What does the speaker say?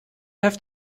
have